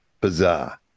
bizarre